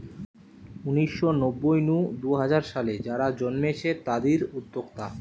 উনিশ শ নব্বই নু দুই হাজার সালে যারা জন্মেছে তাদির উদ্যোক্তা